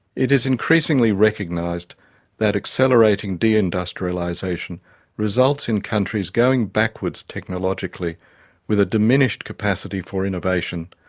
it is increasingly recognised that accelerating deindustrialisation results in countries going backwards technologically with a diminished capacity for innovation.